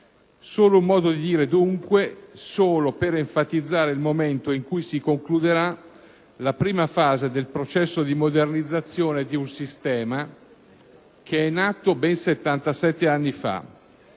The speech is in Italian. Solo un modo dire, dunque, soltanto per enfatizzare il momento in cui si concluderà la prima fase del processo di modernizzazione di un sistema che è nato ben 77 anni fa